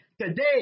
today